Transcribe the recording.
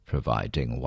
providing